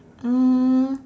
um